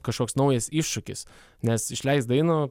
kažkoks naujas iššūkis nes išleist dainą